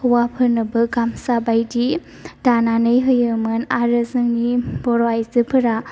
हौवाफोरनोबो गामसा बायदि दानानै होयोमोन आरो जोंनि बर' आइजोफोरा